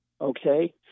okay